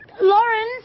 Lawrence